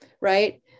Right